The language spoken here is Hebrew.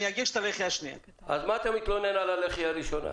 אני אגיש את הלחי השניה.